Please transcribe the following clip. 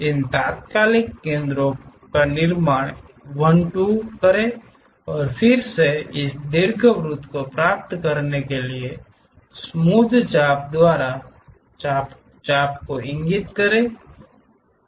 इन तात्कालिक केंद्रों का निर्माण 1 2 करें और फिर इस दीर्घवृत्त को प्राप्त करने के लिए स्मूध चाप द्वारा चाप को इंगित करें